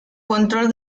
control